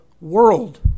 world